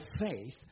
faith